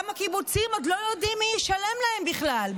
גם הקיבוצים עוד לא יודעים מי ישלם להם בכלל.